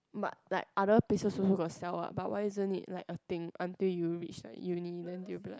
but like other places also got sell what but why isn't it a thing until you reach like uni then it'll be like